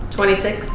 Twenty-six